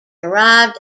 arrived